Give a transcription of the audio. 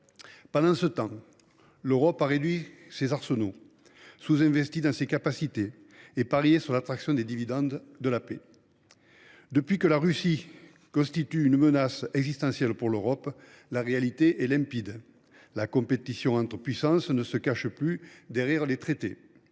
Pendant ce temps, l’Europe a réduit ses arsenaux, sous investi dans ses capacités et parié sur l’attraction des dividendes de la paix. Depuis que la Russie constitue une menace existentielle pour l’Europe, la réalité est limpide. La compétition entre puissances ne se cache plus derrière les traités.